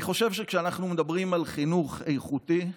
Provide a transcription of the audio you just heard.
אני חושב שכשאנחנו מדברים על חינוך איכותי,